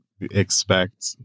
expect